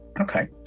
Okay